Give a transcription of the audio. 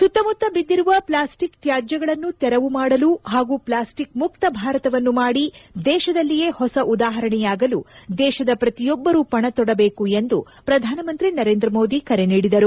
ಸುತ್ತಮುತ್ತ ಬಿದ್ದಿರುವ ಪ್ಲಾಸ್ಟಿಕ್ ತ್ವಾಜ್ಯಗಳನ್ನು ತೆರವು ಮಾಡಲು ಹಾಗೂ ಪ್ಲಾಸ್ಟಿಕ್ ಮುಕ್ತ ಭಾರತವನ್ನು ಮಾಡಿ ದೇಶದಲ್ಲಿಯೇ ಹೊಸ ಉದಾಹರಣೆಯಾಗಲು ದೇಶದ ಪ್ರತಿಯೊಬ್ಬರೂ ಪಣತೊಡಬೇಕು ಎಂದು ಪ್ರಧಾನಮಂತ್ರಿ ನರೇಂದ್ರ ಮೋದಿ ಕರೆ ನೀಡಿದರು